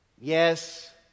Yes